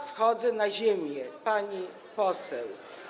Schodzę na ziemię, pani poseł.